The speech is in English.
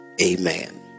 Amen